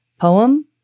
poem